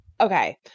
okay